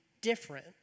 different